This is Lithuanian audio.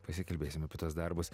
pasikalbėsim apie tuos darbus